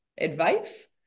advice